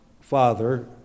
father